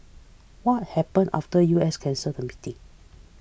what happen after U S cancelled the meeting